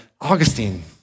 Augustine